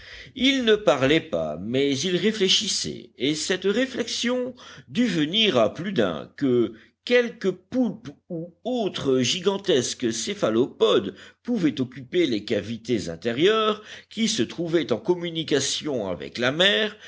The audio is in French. ils ne parlaient pas mais ils réfléchissaient et cette réflexion dut venir à plus d'un que quelque poulpe ou autre gigantesque céphalopode pouvait occuper les cavités intérieures qui se trouvaient en communication avec la mer